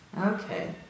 Okay